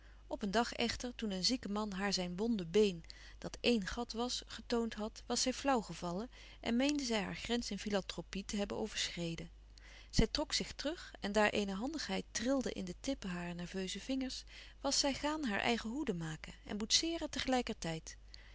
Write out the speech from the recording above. op een dag echter toen een zieke man haar zijn wonde been dat één gat was getoond had was zij flauw gevallen en mèende zij haar grens in filantropie te hebben overschreden zij trok zich terug en daar eene handigheid trilde in de tippen harer nerveuze vingers was zij gaan haar eigen hoeden maken en boetseeren tegelijkertijd